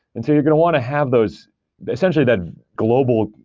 and so you're going to want to have those essentially, the global,